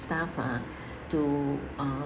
staff uh to uh